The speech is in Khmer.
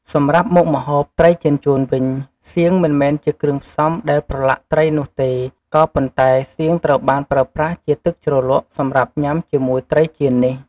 សម្រាប់មុខម្ហូប ត្រីចៀនចួនវិញ សៀងមិនមែនជាគ្រឿងផ្សំ ដែលប្រឡាក់ត្រីនោះទេ ក៏ប៉ុន្តែ សៀងត្រូវបានប្រើប្រាស់ជាទឹកជ្រលក់សម្រាប់ញ៉ាំជាមួយត្រីចៀននេះ។